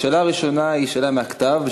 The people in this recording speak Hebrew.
השאלה הראשונה היא שאלה מהכתב,